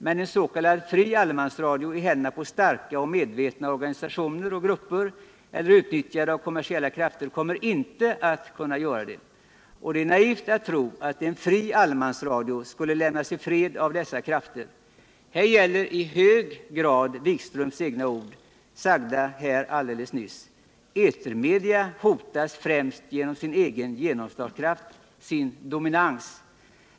Men en s.k. fri allemansradio i händerna på starka och medvetna organisationer och grupper eller utnyttjad av kommersiella krafter kommer inte att göra det. Och det är naivt att tro att en fri allemansradio skulle lämnas i fred av dessa krafter. Här gäller i hög grad herr Wikströms egna ord, sagda här alldeles nyss: Etermedid hotas främst genom sin egen genomslagskraft — sin dominans.